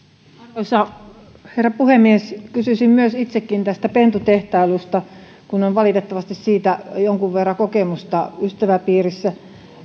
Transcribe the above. arvoisa herra puhemies kysyisin myös itse tästä pentutehtailusta kun on valitettavasti siitä jonkun verran kokemusta ystäväpiirissä